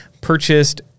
purchased